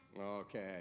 Okay